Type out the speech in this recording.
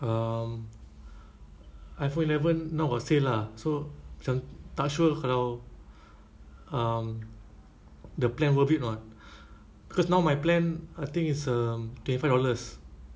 um iphone eleven know got sale ah macam tak sure kalau um the plan worth it or not because now my plan I think is um twenty five dollars